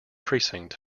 precinct